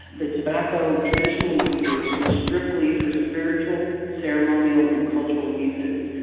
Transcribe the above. the tobacco traditional uses were strictly for spiritual ceremonial and cultural uses.